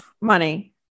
money